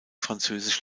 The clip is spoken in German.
französisch